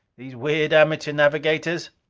these weird amateur navigators!